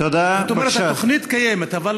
זאת אומרת, התוכנית קיימת, אבל